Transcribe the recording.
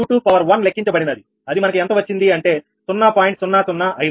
Q21లెక్కించబడినది అది మనకు ఎంత వచ్చింది అంటే 0